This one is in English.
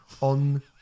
on